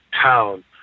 town